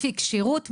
לפי כשירות,